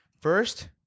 First